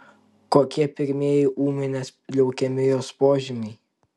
kokie pirmieji ūminės leukemijos požymiai